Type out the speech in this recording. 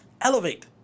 Elevate